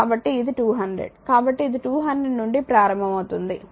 కాబట్టి ఇది 200 కాబట్టి ఇది 200 నుండి ప్రారంభమవుతుంది